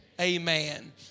Amen